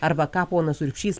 arba ką ponas urbšys